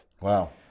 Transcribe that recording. Wow